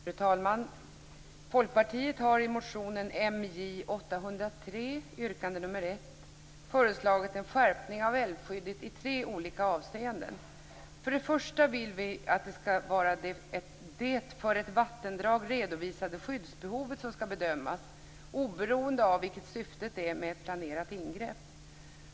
Fru talman! Folkpartiet har i motionen MJ803, yrkande nr 1, föreslagit en skärpning av älvskyddet i tre olika avseenden. För det första vill vi att det skall vara det för ett vattendrag redovisade skyddsbehovet som skall bedömas, oberoende av vilket syftet är med ett planerat ingrepp.